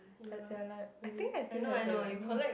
but they're like I think I still have them at home